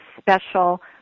special